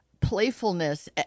playfulness